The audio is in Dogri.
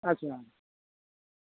अच्छा